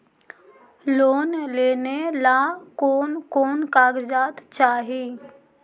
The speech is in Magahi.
लोन लेने ला कोन कोन कागजात चाही?